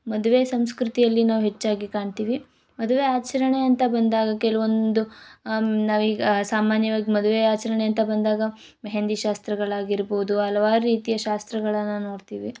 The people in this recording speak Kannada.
ಮದುವೆ ಸಂಸ್ಕೃತಿಯಲ್ಲಿ ನಾವು ಹೆಚ್ಚಾಗಿ ಕಾಣ್ತೀವಿ ಮದುವೆ ಆಚರಣೆ ಅಂತ ಬಂದಾಗ ಕೆಲ್ವೊಂದೂ ನಾವು ಈಗ ಸಾಮಾನ್ಯವಾಗಿ ಮದುವೆ ಆಚರಣೆ ಅಂತ ಬಂದಾಗ ಮೆಹೆಂದಿ ಶಾಸ್ತ್ರಗಳು ಆಗಿರ್ಬೋದು ಹಲ್ವಾರ್ ರೀತಿಯ ಶಾಸ್ತ್ರಗಳನ್ನ ನೋಡ್ತೀವಿ